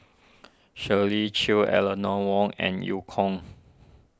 Shirley Chew Eleanor Wong and Eu Kong